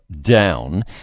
down